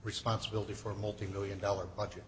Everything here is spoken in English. responsibility for a multi million dollar budget